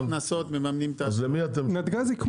אז למי אתם משלמים?